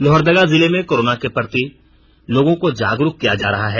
लोहरदगा जिले मे कोरोना के प्रति लोगों को जागरूक किया जा रहा है